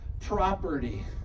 property